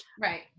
Right